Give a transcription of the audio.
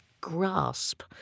grasp